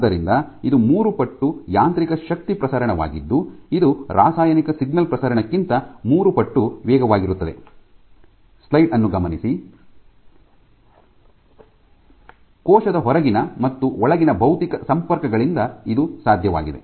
ಆದ್ದರಿಂದ ಇದು ಮೂರು ಪಟ್ಟು ಯಾಂತ್ರಿಕ ಶಕ್ತಿ ಪ್ರಸರಣವಾಗಿದ್ದು ಇದು ರಾಸಾಯನಿಕ ಸಿಗ್ನಲ್ ಪ್ರಸರಣಕ್ಕಿಂತ ಮೂರು ಪಟ್ಟು ವೇಗವಾಗಿರುತ್ತದೆ ಮತ್ತು ಕೋಶದ ಹೊರಗಿನ ಮತ್ತು ಒಳಗಿನ ಭೌತಿಕ ಸಂಪರ್ಕಗಳಿಂದ ಇದು ಸಾಧ್ಯವಾಗಿದೆ